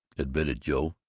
admitted joe.